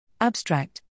Abstract